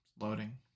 loading